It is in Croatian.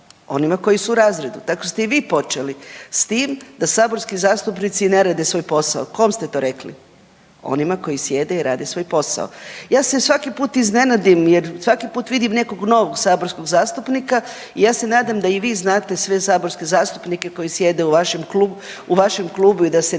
Onima koji su u razredu. Tako ste i vi počeli s tim, da saborski zastupnici ne rade svoj posao. Kome ste to rekli? Onima koji sjede i rade svoj posao. Ja se svaki put iznenadim jer svaki put vidim nekog novog saborskog zastupnika i ja se nadam da i vi znate sve saborske zastupnike koji sjede u vašim .../nerazumljivo/...